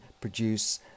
produce